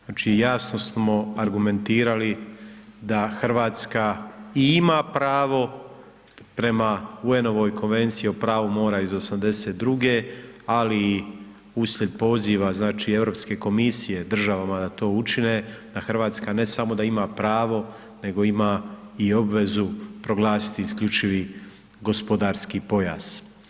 Znači jasno smo argumentirali da Hrvatska i ima pravo prema UN-ovoj Konvenciji o pravu mora iz '82. ali i uslijed poziva znači Europske komisije država da to učine, da Hrvatska ne samo da ima pravo nego ima i obvezu proglasiti isključivi gospodarski pojas.